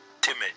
timid